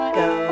go